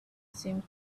seemed